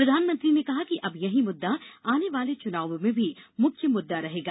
प्रधानमंत्री ने कहा कि अब यही मुद्दा आने वाले चुनावों में भी मुख्य मुद्दा रहेगा